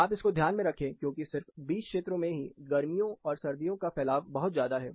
आप इसको ध्यान में रखें क्योंकि सिर्फ 20 क्षेत्रों में ही गर्मियों और सर्दियों का फैलाव बहुत ज्यादा है